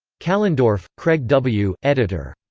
kallendorf, craig w, editor.